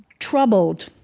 troubled,